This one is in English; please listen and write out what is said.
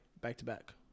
back-to-back